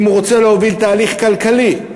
אם הוא רוצה להוביל תהליך כלכלי,